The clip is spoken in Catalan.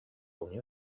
unió